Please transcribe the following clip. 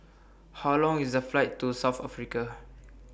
How Long IS The Flight to South Africa